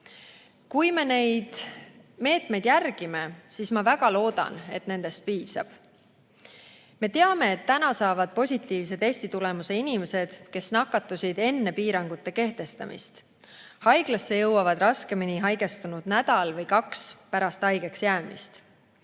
Kui me neid meetmeid järgime, siis ma väga loodan, et nendest piisab. Me teame, et täna saavad positiivse testitulemuse inimesed, kes nakatusid enne piirangute kehtestamist, haiglasse jõuavad raskemini haigestunud nädal või kaks pärast haigeks jäämist.